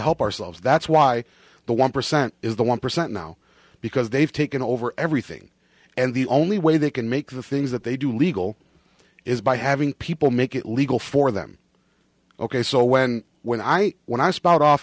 help ourselves that's why the one percent is the one percent now because they've taken over everything and the only way they can make the things that they do legal is by having people make it legal for them ok so when when i when i spout off